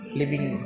living